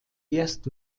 erst